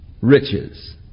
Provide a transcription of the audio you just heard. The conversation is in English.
riches